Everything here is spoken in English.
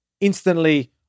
instantly